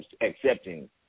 accepting